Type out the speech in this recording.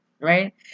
right